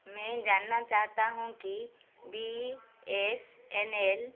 मैं जानना चाहता हूँ कि बी एस एन एल